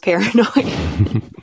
paranoid